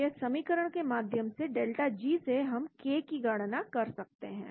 तो इस समीकरण के माध्यम से डेल्टा G से हम K की गणना कर सकते हैं